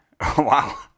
Wow